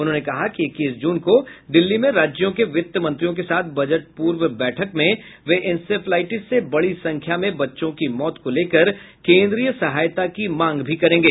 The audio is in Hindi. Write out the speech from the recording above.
उन्होंने कहा कि इक्कीस जून को दिल्ली में राज्यों के वित्त मंत्रियों के साथ बजट पूर्व बैठक में वे इंसेफ्लाईटिस से बड़ी संख्या में बच्चों की मौत को लेकर कोन्द्रीय सहायता की मांग भी करेंगे